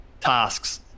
tasks